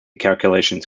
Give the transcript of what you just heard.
calculations